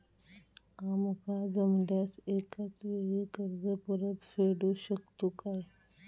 आमका जमल्यास एकाच वेळी कर्ज परत फेडू शकतू काय?